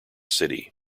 city